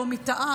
לא מי טעה,